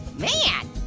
man,